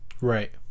right